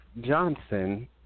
Johnson